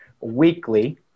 weekly